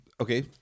okay